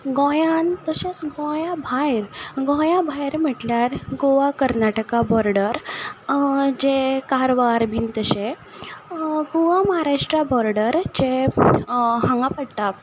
गोंयान तशेंच गोंया भायर गोंया भायर म्हटल्यार गोवा कर्नाटका बोर्डर जे कारवार बीन तशे गोवा महाराष्ट्रा बोर्डराचे हांगा पडटा